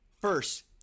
First